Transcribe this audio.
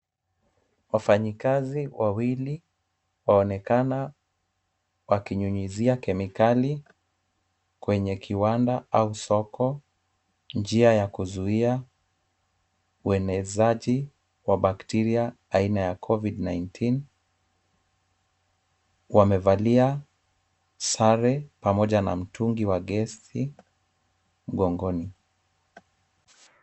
Wafanyikazi wawili wanaonekana wakinyunyuzia kemikali kwenye kiwanda au soko, njia ya kuzuia uenezaji wa bacteria aina ya COVID 19. Wamevalia sare pamoja na mtungi wa gesi mgongoni.